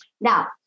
Now